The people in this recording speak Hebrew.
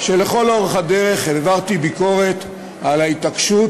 שלכל אורך הדרך העברתי ביקורת על ההתעקשות